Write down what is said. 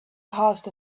caused